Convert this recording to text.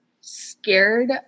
scared